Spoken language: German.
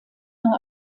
nur